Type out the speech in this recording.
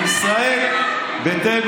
עם ישראל ביתנו.